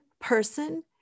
person